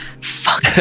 Fuck